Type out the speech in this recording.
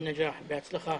בהצלחה.